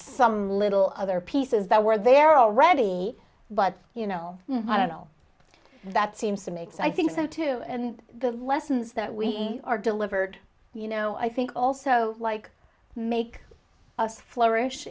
some little other pieces that were there already but you know i don't know that seems to make so i think so too and the lessons that we are delivered you know i think also like make us flourish